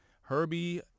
Herbie